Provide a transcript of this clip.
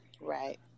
Right